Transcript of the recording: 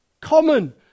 common